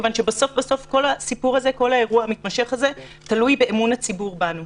כיוון שבסוף בסוף כל האירוע המתמשך הזה תלוי באמון הציבור בנו.